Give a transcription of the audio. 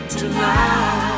tonight